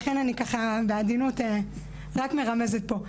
ולכן, בעדינות אני רק מרמזת פה.